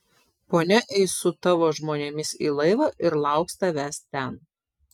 ponia eis su tavo žmonėmis į laivą ir lauks tavęs ten